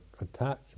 attachment